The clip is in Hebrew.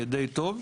די טוב,